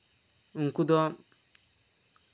ᱩᱱᱠᱩ ᱫᱚ